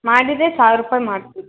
ಮಾಡಿದರೆ ಸಾವಿರ ರೂಪಾಯಿ ಮಾಡ್ತೀವಿ